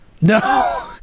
No